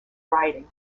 writing